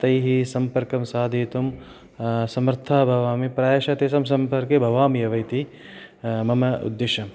तैः सम्पर्कं साधयितुं समर्थः भवामि प्रायशः तेषां सम्पर्के भवामि एव इति मम उद्देश्यम्